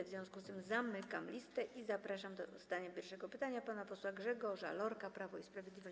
W związku z tym zamykam listę i zapraszam do zadania pierwszego pytania pana posła Grzegorza Lorka, Prawo i Sprawiedliwość.